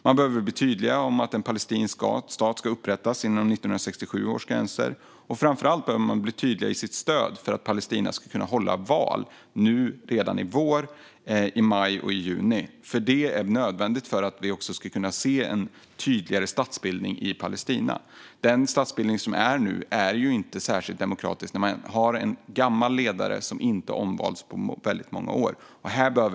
Man behöver bli tydligare om att en palestinsk stat ska upprättas inom 1967 års gränser, och framför allt behöver man bli tydligare i sitt stöd för att Palestina ska kunna hålla val redan i vår - i maj och juni. Detta är nödvändigt för att få en tydligare statsbildning i Palestina. Den statsbildning som finns nu är inte särskilt demokratisk. De har en gammal ledare som inte har omvalts på väldigt många år.